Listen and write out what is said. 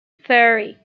ferry